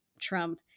Trump